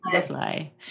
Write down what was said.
fly